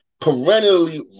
perennially